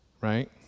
right